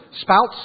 Spouts